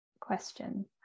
question